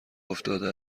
افتاده